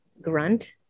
grunt